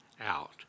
out